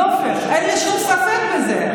יופי, אין לי שום ספק בזה.